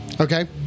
Okay